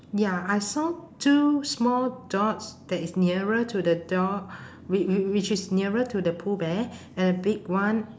ya I saw two small dots that is nearer to the door whi~ whi~ which is nearer to the pooh bear and a big one